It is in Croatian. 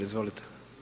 Izvolite.